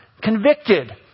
Convicted